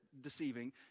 deceiving